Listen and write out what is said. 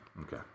Okay